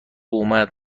اومد